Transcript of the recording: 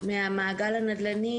מהמעגל הנדל"ני,